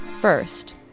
First